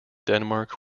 denmark